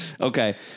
Okay